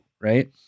right